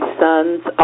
son's